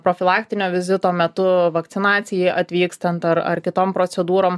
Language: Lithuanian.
profilaktinio vizito metu vakcinacijai atvykstant ar ar kitom procedūrom